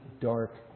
dark